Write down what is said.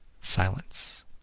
Silence